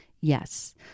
Yes